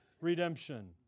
redemption